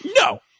no